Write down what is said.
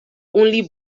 only